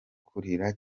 kurira